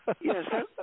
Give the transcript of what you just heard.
Yes